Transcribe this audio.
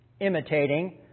imitating